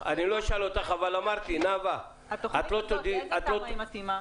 הזאת, לאיזו תמ"א היא מתאימה?